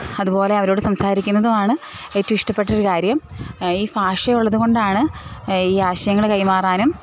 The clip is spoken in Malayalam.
അതുപോലെ അവരോട് സംസാരിക്കുന്നതും ആണ് ഏറ്റവും ഇഷ്ടപ്പെട്ടൊരു കാര്യം ഈ ഭാഷയുള്ളത് കൊണ്ടാണ് ഈ ആശയങ്ങൾ കൈമാറാനും